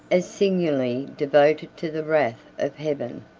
as singularly devoted to the wrath of heaven.